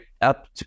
up